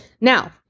Now